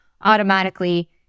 Automatically